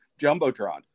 Jumbotron